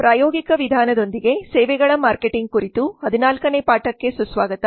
ಪ್ರಾಯೋಗಿಕ ವಿಧಾನದೊಂದಿಗೆ ಸೇವೆಗಳ ಮಾರ್ಕೆಟಿಂಗ್ ಕುರಿತು 14 ನೇ ಪಾಠಕ್ಕೆ ಸುಸ್ವಾಗತ